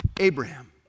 Abraham